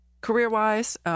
career-wise